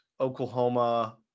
Oklahoma